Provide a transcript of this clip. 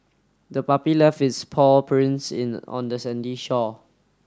the puppy left its paw prints in on the sandy shore